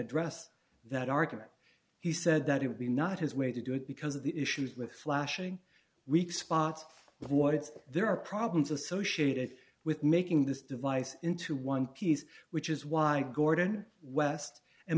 address that argument he said that it would be not his way to do it because of the issues with flashing weak spots what it's there are problems associated with making this device into one piece which is why gordon west and